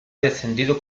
descendido